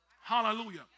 Hallelujah